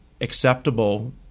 acceptable